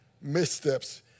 missteps